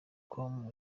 com